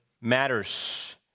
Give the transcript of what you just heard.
matters